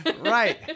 right